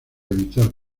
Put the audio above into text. evitar